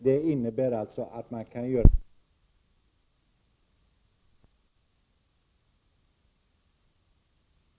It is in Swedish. Det är inget tvivel om att det är integritetskränkande, men där får principen om individens integritet ge vika för kontrollen.